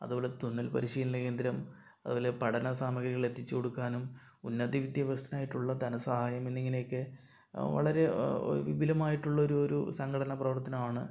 അതുപോലെ തുന്നൽ പരിശീലന കേന്ദ്രം അതുപോലെ പഠനസാമഗ്രികൾ എത്തിച്ച് കൊടുക്കാനും ഉന്നത വിദ്യാഭ്യാസത്തിനായിട്ടുള്ള ധനസഹായം എന്നിങ്ങനെയൊക്കെ വളരെ വിപുലമായിട്ടുള്ളൊരു ഒരു സംഘടനാപ്രവർത്തനമാണ്